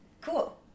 cool